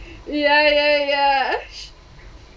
ya ya ya ya ya